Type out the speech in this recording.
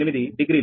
048 degree